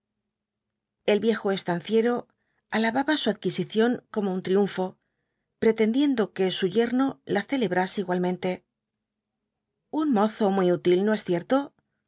el viejo estanciero alababa su adquisición como un triunfo pretendiendo que su yerno la celebrase igualmente un mozo muy útil no es cierto